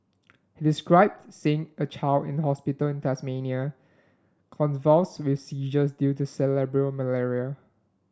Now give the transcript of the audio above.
he described seeing a child in a hospital in Tanzania convulsed with seizures due to cerebral malaria